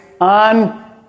on